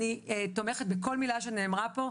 אני תומכת בכל מילה שנאמרה פה,